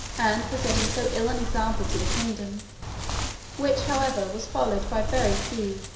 and for setting so ill an example to the kingdom which, however, was followed by very few,